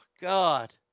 God